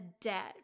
debt